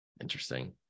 interesting